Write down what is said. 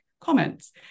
comments